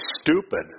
stupid